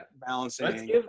balancing